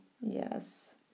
Yes